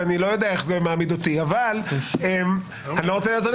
ואני לא יודע איך זה מעמיד אותי --- מה סנגור,